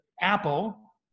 apple